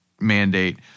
mandate